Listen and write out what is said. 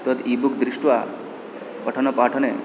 तद् ebook दृष्ट्वा पठन पाठने